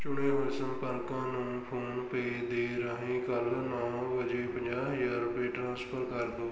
ਚੁਣੇ ਹੋਏ ਸੰਪਰਕਾਂ ਨੂੰ ਫੋਨਪੇ ਦੇ ਰਾਹੀਂ ਕੱਲ ਨੌਂ ਵਜੇ ਪੰਜਾਹ ਹਜ਼ਾਰ ਰੁਪਏ ਟ੍ਰਾਂਸਫਰ ਕਰ ਦਿਓ